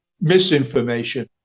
misinformation